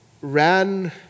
ran